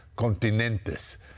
continentes